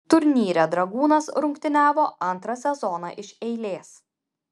turnyre dragūnas rungtyniavo antrą sezoną iš eilės